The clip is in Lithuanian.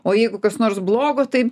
o jeigu kas nors blogo tai